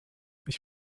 ich